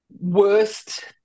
worst